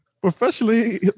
Professionally